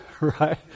right